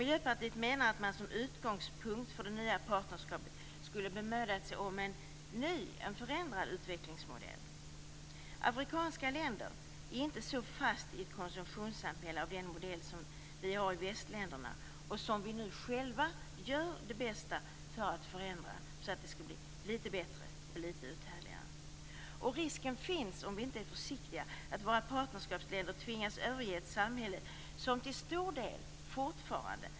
Miljöpartiet menar att man som utgångspunkt för det nya partnerskapet skulle ha bemödat sig om en ny, en förändrad utvecklingsmodell. Afrikanska länder är inte så fast i ett konsumtionssamhälle av den modell som vi har i västländerna och som vi nu själva gör det bästa för att förändra så att det skall bli litet bättre och litet mer uthärdligt.